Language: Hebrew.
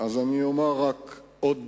אני אזכיר רק עוד